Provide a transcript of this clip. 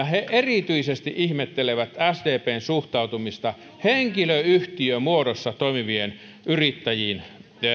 he erityisesti ihmettelevät sdpn suhtautumista henkilöyhtiömuodossa toimiviin yrittäjiin